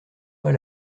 pas